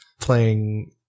playing